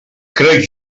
crec